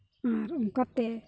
ᱟᱨ ᱚᱱᱠᱟ ᱛᱮ